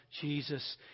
Jesus